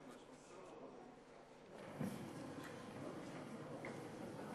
מתכבד לפתוח את ישיבת מליאת הכנסת בפגרה.